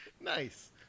Nice